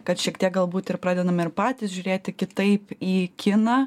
kad šiek tiek galbūt ir pradedame ir patys žiūrėti kitaip į kiną